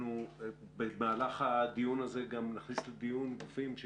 במהלך הדיון הזה נכניס לדיון גם גופים,